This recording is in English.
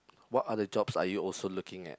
what are the jobs are you also looking at